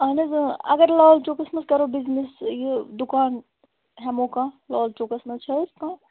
اَہَن حظ اگر لال چوکس منٛز کَرو بِزنِس یہِ دُکان ہٮ۪مو کانٛہہ لال چوکس منٛز چھَ حظ کانٛہہ